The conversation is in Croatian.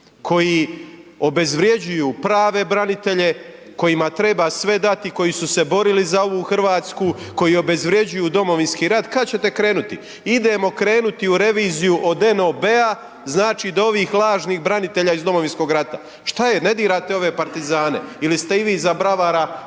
koji obezvrjeđuju prave branitelje kojima treba sve dati, koji su se borili za ovu Hrvatsku, koji obezvrjeđuju Domovinski rat, kad ćete krenuti? Idemo krenuti u reviziju od NOB-a znači do ovih lažnih branitelja iz Domovinskog rata. Šta je ne dirate ove partizane ili ste i vi za bravara,